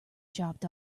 chopped